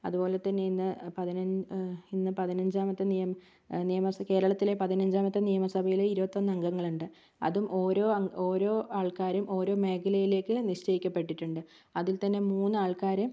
അതുപോലെ തന്നെ ഇന്ന് പതിന ഇന്ന് പതിനഞ്ചാമത്തെ നിയ നിയമസ കേരളത്തിലെ പതിനഞ്ചാമത്തെ നിയമ സഭയില് ഇരുപത്തൊന്ന് അംഗങ്ങളുണ്ട് അതും ഓരോ അംഗ ഓരോ ആൾക്കാരും ഓരോ മേഖലയിലേക്ക് നിശ്ചയിക്കപ്പെട്ടിട്ടുണ്ട് അതിൽ തന്നെ മൂന്നാൾക്കാര്